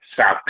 South